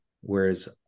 Whereas